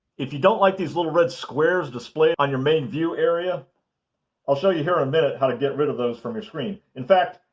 if you don't like these little red squares displayed on your main view area i'll show you here in a minute how to get rid of those from your screen. in fact,